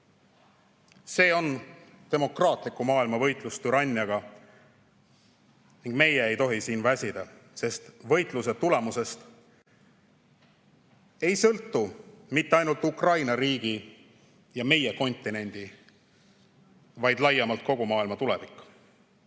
See on demokraatliku maailma võitlus türanniaga ning meie ei tohi siin väsida, sest võitluse tulemusest ei sõltu mitte ainult Ukraina riigi ja meie kontinendi, vaid laiemalt kogu maailma